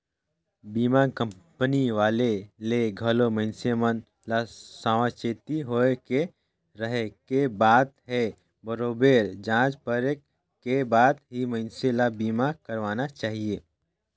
बीमा कंपनी वाले ले घलो मइनसे मन ल सावाचेती होय के रहें के बात हे बरोबेर जॉच परखे के बाद ही मइनसे ल बीमा करवाना चाहिये